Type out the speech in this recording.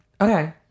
Okay